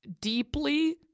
deeply